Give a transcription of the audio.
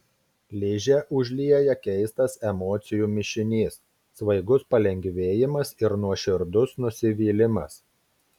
ližę užlieja keistas emocijų mišinys svaigus palengvėjimas ir nuoširdus nusivylimas